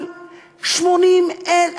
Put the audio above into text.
אבל 80,000?